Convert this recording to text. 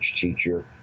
teacher